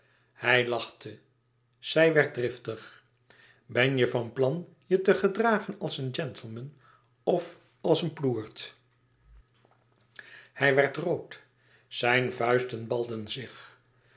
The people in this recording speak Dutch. hij lachte zij werd driftig ben je van plan je te gedragen als een gentleman of als een ploert hij werd rood zijn vuisten balden zich